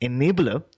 Enabler